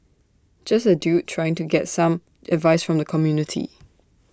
just A dude trying to get some advice from the community